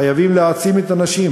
חייבים להעצים את הנשים,